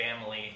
family